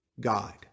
God